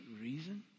Reason